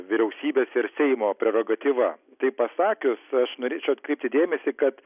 vyriausybės ir seimo prerogatyva tai pasakius aš norėčiau atkreipti dėmesį kad